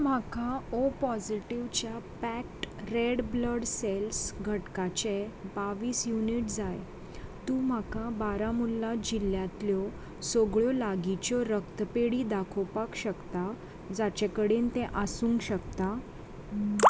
म्हाका ओ पॉजिटीवच्या packed red blood cells घटकाचे बावीस युनिट जाय तूं म्हाका बारामुल्ला जिल्ल्यांतल्यो सगळ्यो लागींच्यो रक्तपेढी दाखोवपाक शकता जाचे कडेन तें आसूंक शकता